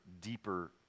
deeper